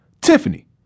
Tiffany